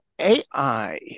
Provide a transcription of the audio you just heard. AI